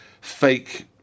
fake